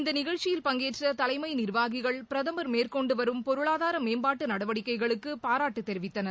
இந்த நிகழ்ச்சியில் பங்கேற்ற தலைமை நிர்வாகிகள் பிரதமர் மேற்கொண்டு வரும் பொருளாதார மேம்பாட்டு நடவடிக்கைகளுக்கு பாராட்டு தெரிவித்தனர்